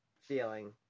feeling